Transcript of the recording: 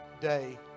day